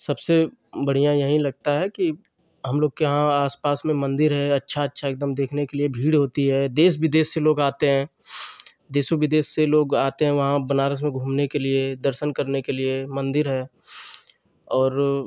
सबसे बढ़िया यहीं लगता है कि हम लोग के यहाँ आस पास में मंदिर है अच्छा अच्छा एकदम देखने के लिए भीड़ होती है देश विदेश से लोग आते हैं देसों विदेश से लोग आते हैं वहाँ बनारस में घूमने के लिए दर्शन करने के लिए मंदिर है और